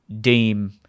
deem